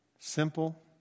Simple